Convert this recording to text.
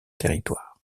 territoire